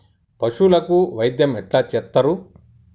పశువులకు వైద్యం ఎట్లా చేత్తరు?